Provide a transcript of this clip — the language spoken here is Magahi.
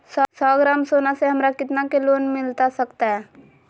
सौ ग्राम सोना से हमरा कितना के लोन मिलता सकतैय?